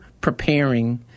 preparing